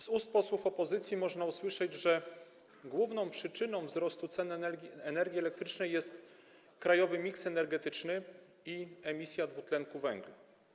Z ust posłów opozycji można usłyszeć, że główną przyczyną wzrostu cen energii elektrycznej jest krajowy miks energetyczny i emisja dwutlenku węgla.